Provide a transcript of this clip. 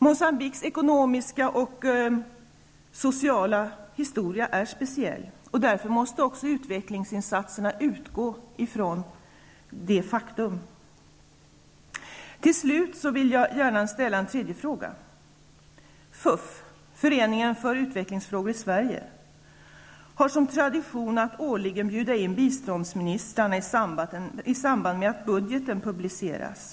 Moçambiques ekonomiska och sociala historia är speciell, och därför måste utvecklingsinsatserna utgå från detta faktum. Till slut vill jag ställa en tredje fråga. FUF, Föreningen för utvecklingsfrågor i Sverige, har som tradition att årligen bjuda in biståndsministern i samband med att budgeten publiceras.